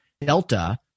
delta